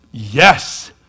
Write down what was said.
Yes